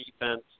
defense